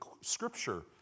scripture